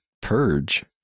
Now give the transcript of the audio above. Purge